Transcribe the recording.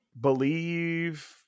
believe